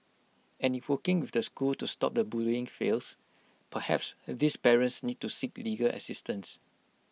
and if working with the school to stop the bullying fails perhaps these parents need to seek legal assistance